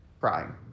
crying